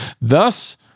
Thus